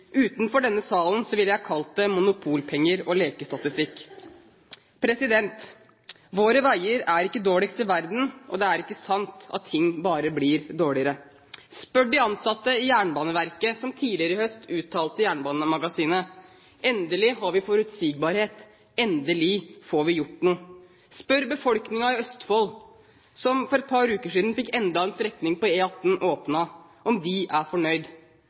Utenfor denne salen ville jeg kalt det monopolpenger og lekestatistikk. Våre veier er ikke dårligst i verden, og det er ikke sant at ting bare blir dårligere. Spør de ansatte i Jernbaneverket, som tidligere i høst uttalte i Jernbanemagasinet at de endelig har forutsigbarhet, endelig får de gjort noe. Spør befolkningen i Østfold, som for et par uker siden fikk enda en strekning på E18 åpnet, om de er fornøyd.